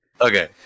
Okay